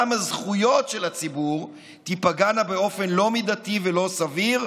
גם הזכויות של הציבור תיפגענה באופן לא מידתי ולא סביר.